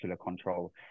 control